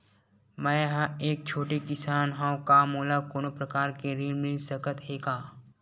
मै ह एक छोटे किसान हंव का मोला कोनो प्रकार के ऋण मिल सकत हे का?